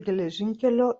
geležinkelio